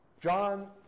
John